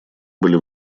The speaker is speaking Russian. были